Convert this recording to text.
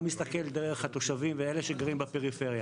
מסתכל דרך התושבים ואלה שגרים בפריפריה.